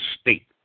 state